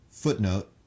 Footnote